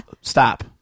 Stop